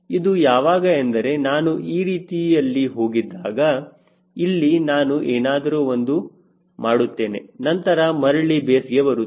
ಇದು ಯಾವಾಗ ಎಂದರೆ ನಾನು ಈ ರೀತಿಯಲ್ಲಿ ಹೋಗಿದ್ದಾಗ ಇಲ್ಲಿ ನಾನು ಏನಾದರೂ ಒಂದು ಮಾಡುತ್ತೇನೆ ನಂತರ ಮರಳಿ ಬೇಸ್ಗೆ ಬರುತ್ತೇನೆ